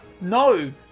no